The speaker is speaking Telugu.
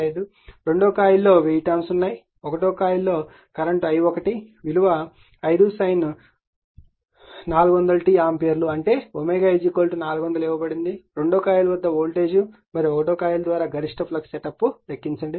5 2 వ కాయిల్ లో 1000 టర్న్స్ ఉన్నాయి 1 వ కాయిల్ లో కరెంట్ i1 విలువ 5 sin 400 t ఆంపియర్ అంటే 400 ఇవ్వబడుతుంది 2 వ కాయిల్ వద్ద వోల్టేజ్ను మరియు 1 వ కాయిల్ ద్వారా గరిష్ట ఫ్లక్స్ సెటప్ ను లెక్కించండి